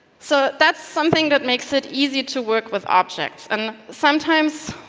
so, that's something that makes it easy to work with objects, and sometimes,